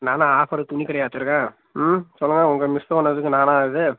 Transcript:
நான் என்ன ஆஃபருக்கு துணிக் கடையாக வச்சுருக்கேன் ம் சொல்லுங்க உங்கள் மிஸ் பண்ணதுக்கு நானா இது